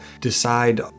decide